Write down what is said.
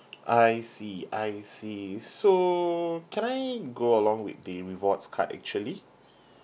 I see I see so can I go along with the rewards card actually